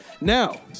Now